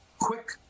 quick